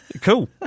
cool